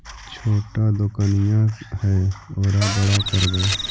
छोटा दोकनिया है ओरा बड़ा करवै?